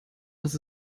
dass